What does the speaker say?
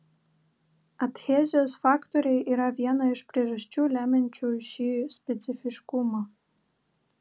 adhezijos faktoriai yra viena iš priežasčių lemiančių šį specifiškumą